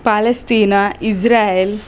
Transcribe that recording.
Palestine Israel